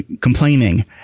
complaining